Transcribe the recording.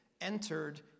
entered